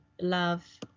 love